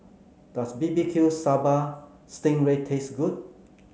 does B B Q Sambal Sting Ray taste good